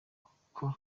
kuko